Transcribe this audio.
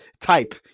type